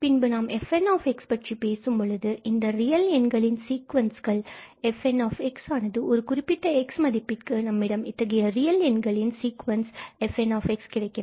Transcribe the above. பின்பு நாம் fn பற்றி பேசும் பொழுதும் இந்த ரியல் எண்களின் சீக்வென்ஸ் fnஆனதும் ஒரு குறிப்பிட்ட x மதிப்பிற்கு நம்மிடம் இத்தகைய ரியல் எண்களின் சீக்குவன்ஸ் fn கிடைக்கிறது